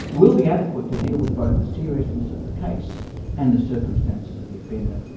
will be adequate to deal with both the seriousness of the case and the circumstances of the offender.